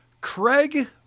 Craig